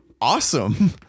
awesome